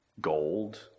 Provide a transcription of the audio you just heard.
Gold